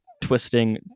twisting